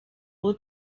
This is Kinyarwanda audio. uwo